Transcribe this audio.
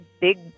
big